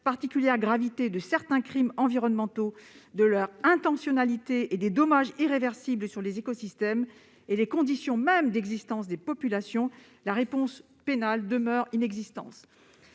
particulière gravité de certains crimes environnementaux, de leur caractère intentionnel et des dommages irréversibles qu'ils peuvent entraîner sur les écosystèmes et les conditions mêmes d'existence des populations, la réponse pénale demeure inexistante.